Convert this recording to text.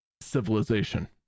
civilization